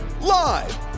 Live